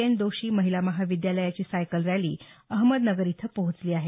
N दोषी महिला महाविद्यालयाची सायकल रॅली अहमदनगर इथं पोहोचली आहे